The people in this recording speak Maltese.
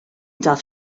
taf